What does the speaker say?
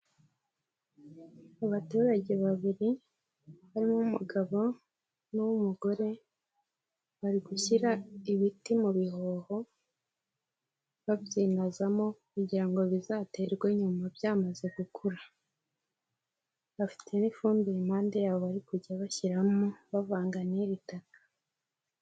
Abaturage babiri harimo uw'umugabo n'uw'umugore bari gushyira ibiti mu bihoho babyinazamo kugira ngo bizaterwe nyuma byamaze gukura, bafite n'ifumbire impande yabo bari kujya bashyiramo bavanga n'iri taka.